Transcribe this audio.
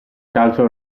calcio